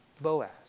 Boaz